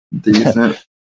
decent